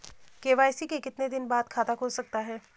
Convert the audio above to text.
KYC के कितने दिन बाद खाता खुल सकता है?